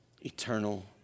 Eternal